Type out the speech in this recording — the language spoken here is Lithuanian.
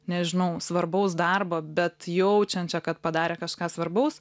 nežinau svarbaus darbo bet jaučiančią kad padarė kažką svarbaus